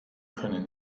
können